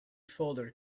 folder